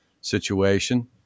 situation